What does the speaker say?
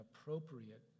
appropriate